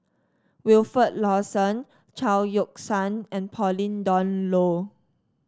Wilfed Lawson Chao Yoke San and Pauline Dawn Loh